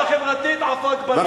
אם אתה לא מכיר בעיתון "הארץ",